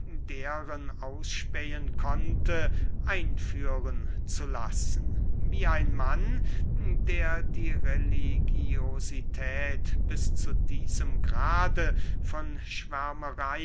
deren ausspähen konnte einführen zu lassen wie ein mann der die religiosität bis zu diesem grade von